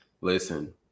Listen